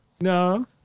No